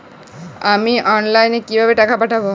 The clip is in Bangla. আমি অনলাইনে কিভাবে টাকা পাঠাব?